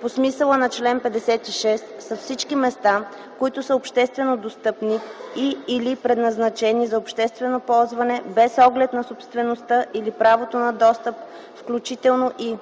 по смисъла на чл. 56 са всички места, които са обществено достъпни и/или предназначени за обществено ползване, без оглед на собствеността или правото на достъп, включително и: